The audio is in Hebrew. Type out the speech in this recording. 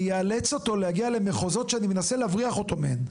אני איאלץ אותו להגיע למחוזות שאני מנסה להבריח אותו מהם.